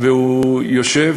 והוא יושב,